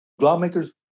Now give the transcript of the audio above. Lawmakers